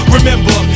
Remember